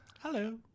Hello